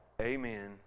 Amen